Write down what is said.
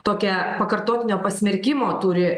tokią pakartotinio pasmerkimo turi